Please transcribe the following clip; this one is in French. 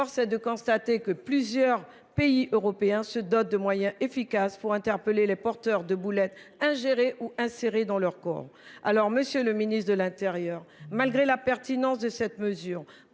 est de constater que plusieurs pays européens se dotent de moyens efficaces pour interpeller les porteurs de boulettes ingérées ou insérées dans leur corps. Alors, pourquoi, malgré la pertinence de cette mesure,